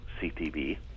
ctv